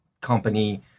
company